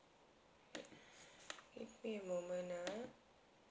give me a moment ah